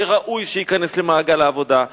שראוי שייכנס למעגל העבודה,